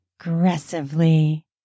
aggressively